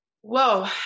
whoa